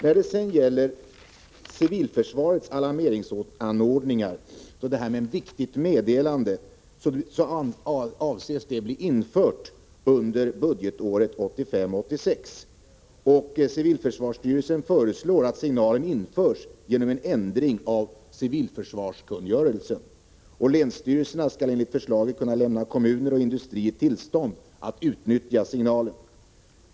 När det sedan gäller civilförsvarets alarmeringsanordningar vill jag säga att den föreslagna nya signalen ”viktigt meddelande” avses bli införd under budgetåret 1985/86. Civilförsvarsstyrelsen föreslår att signalen införs genom en ändring av civilförsvarskungörelsen. Länsstyrelserna skall enligt förslaget kunna ge kommuner och industrier tillstånd att utnyttja signalen.